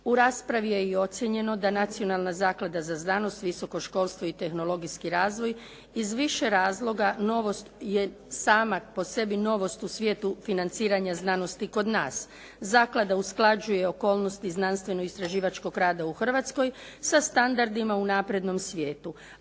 U raspravi je i ocjenjeno da Nacionalna zaklada za znanost, visoko školstvo i tehnologijski razvoj iz više razloga novost je sama po sebi novost u svijetu financiranja znanosti kod nas. Zaklada usklađuje okolnosti znanstveno-istraživačkog rada u Hrvatskoj sa standardima u naprednom svijetu,